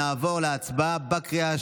נעבור להצבעה בקריאה השלישית,